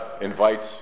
invites